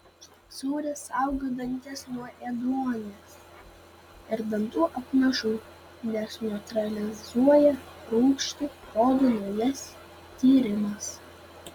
sūris saugo dantis nuo ėduonies ir dantų apnašų nes neutralizuoja rūgštį rodo naujas tyrimas